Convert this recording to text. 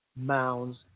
mounds